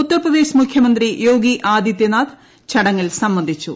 ഉത്തർപ്രദേശ് മുഖ്യമന്ത്രി യോഗി ആദിത്യനാഥ് ചടങ്ങിൽ സംബന്ധിച്ചു